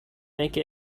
make